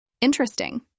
Interesting